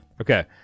Okay